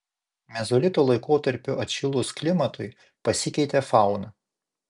mezolito laikotarpiu atšilus klimatui pasikeitė fauna